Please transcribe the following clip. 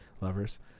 lovers